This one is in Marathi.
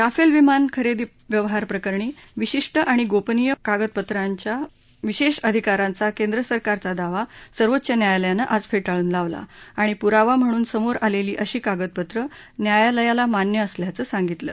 राफेल विमान खरेदी व्यवहार प्रकरणी विशिष्ट आणि गोपनिय कागदपत्रांवरच्या विशेष अधिकाराचा केंद्रसरकारचा दावा सर्वोच्च न्यायालयानं आज फेटाळून लावला आणि पुरावा म्हणून समोर आलेली अशी कागदपत्रं न्यायालयाला मान्य असल्याचं सांगितलं